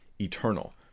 eternal